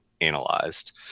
analyzed